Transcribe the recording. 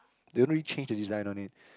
they don't really change the design on it